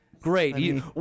Great